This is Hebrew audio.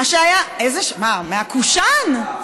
מהקושאן.